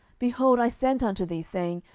behold, i sent unto thee, saying,